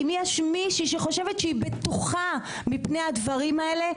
אם יש מישהי שהיא בטוחה מפני הדברים האלה,